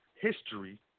history